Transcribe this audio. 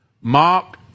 Mark